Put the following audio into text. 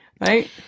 Right